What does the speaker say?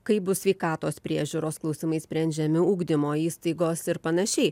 kaip bus sveikatos priežiūros klausimai sprendžiami ugdymo įstaigos ir panašiai